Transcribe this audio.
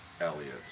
Elliot